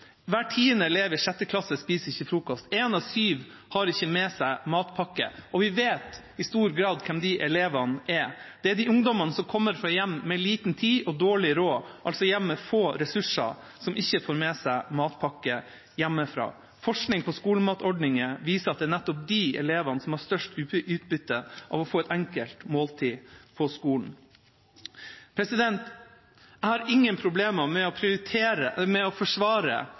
Hver tiende elev i 6. klasse spiser ikke frokost. En av syv har ikke med seg matpakke. Og vi vet i stor grad hvem de elevene er. Det er de ungdommene som kommer fra hjem med liten tid og dårlig råd, altså hjem med få ressurser, som ikke får med seg matpakke hjemmefra. Forskning på skolematordninger viser at det er nettopp de elevene som har størst utbytte av å få et enkelt måltid på skolen. Jeg har ingen problemer med å forsvare